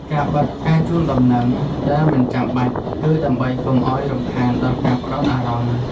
ការបិទការជូនដំណឹង ដែលមិនចាំបាច់ គឺដើម្បីកុំឱ្យរំខានដល់ការផ្តោតអារម្មណ៍។